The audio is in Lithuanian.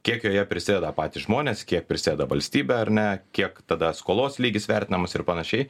kiek joje prisideda patys žmonės kiek prisideda valstybė ar ne kiek tada skolos lygis vertinamas ir panašiai